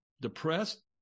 depressed